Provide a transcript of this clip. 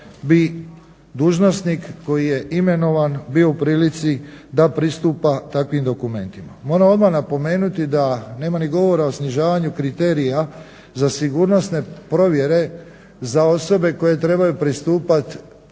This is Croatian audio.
bi dužnosnik koji je imenovan bio u prilici da pristupa takvim dokumentima. Moram odmah napomenuti da nema ni govora o snižavanju kriterija za sigurnosne provjere za osobe koje trebaju pristupat